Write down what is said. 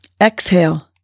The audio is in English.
Exhale